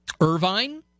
Irvine